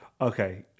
Okay